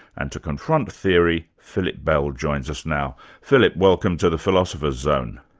and to confront theory, philip bell joins us now. philip, welcome to the philosopher's zone.